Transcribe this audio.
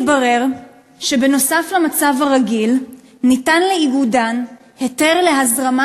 התברר שנוסף על המצב הרגיל ניתן ל"איגודן" היתר להזרמה